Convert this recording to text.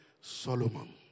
Solomon